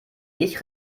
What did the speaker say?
ich